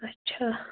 اچھا